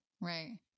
Right